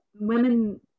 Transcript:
women